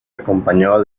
acompañado